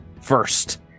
first